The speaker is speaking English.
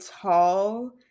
tall